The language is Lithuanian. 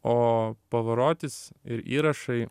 o pavarotis ir įrašai